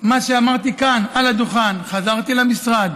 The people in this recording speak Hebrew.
מה שאמרתי כאן על הדוכן, חזרתי למשרד,